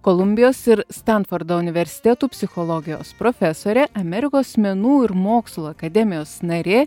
kolumbijos ir stanfordo universitetų psichologijos profesorė amerikos menų ir mokslo akademijos narė